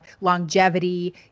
longevity